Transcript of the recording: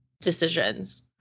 decisions